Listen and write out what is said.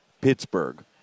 Pittsburgh